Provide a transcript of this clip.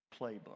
playbook